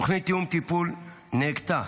תוכנית תיאום טיפול נהגתה